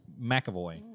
McAvoy